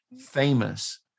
famous